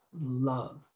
Love